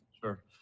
Sure